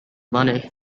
money